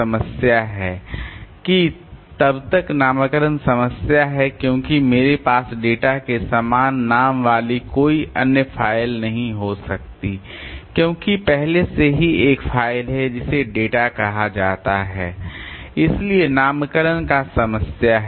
समस्या यह है कि तब एक नामकरण समस्या है क्योंकि मेरे पास डेटा के समान नाम वाली कोई अन्य फ़ाइल नहीं हो सकती क्योंकि पहले से ही एक फ़ाइल है जिसे डेटा कहा जाता है इसलिए नामकरण का समस्या है